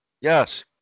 Yes